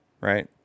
right